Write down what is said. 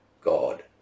god